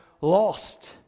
lost